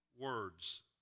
words